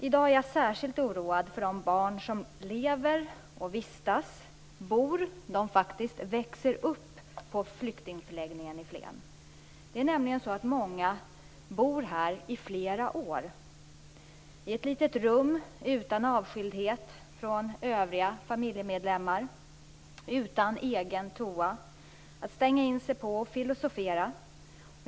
I dag är jag särskilt oroad för de barn som lever, vistas och bor - ja, faktiskt växer upp - på flyktingförläggningen i Flen. Många bor där i flera år. De bor i ett litet rum utan avskildhet från övriga familjemedlemmar och utan egen toalett att stänga in sig på för att filsofera.